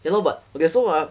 you know but okay so ah